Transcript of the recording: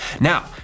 now